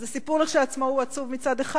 אז הסיפור כשלעצמו הוא עצוב מצד אחד,